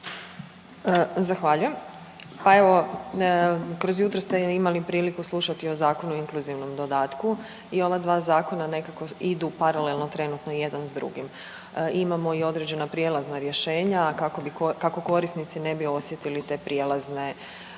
Zahvaljujem. Pa evo kroz jutro ste imali priliku slušati o Zakonu o inkluzivnom dodatku i ova dva zakona nekako idu paralelno trenutno jedan s drugim. Imamo i određena prijelazna rješenja, kako korisnici ne bi osjetili te prijelazne, taj